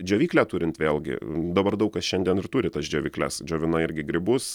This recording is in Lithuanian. džiovyklę turint vėlgi dabar daug kas šiandien ir turi tas džiovykles džiovina irgi grybus